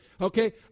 okay